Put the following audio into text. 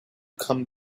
come